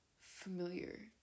familiar